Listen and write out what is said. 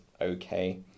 okay